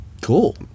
Cool